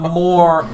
more